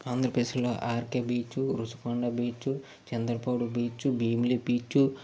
ఆంధ్రప్రదేశ్లో RK beach Rishikonda beach Chandrapadu beach Bheemili beach